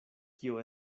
kio